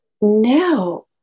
now